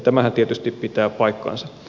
tämähän tietysti pitää paikkansa